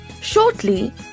Shortly